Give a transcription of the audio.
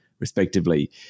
respectively